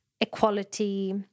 equality